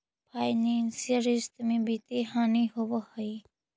financial रिश्त में वित्तीय हानि होवऽ हई